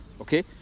okay